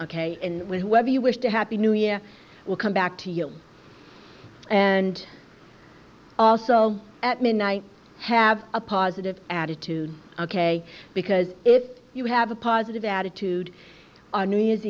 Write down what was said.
was whether you wish to happy new year will come back to you and also at midnight have a positive attitude ok because if you have a positive attitude on new year's